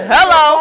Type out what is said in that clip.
Hello